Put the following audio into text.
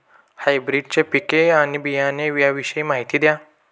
हायब्रिडची पिके आणि बियाणे याविषयी माहिती द्या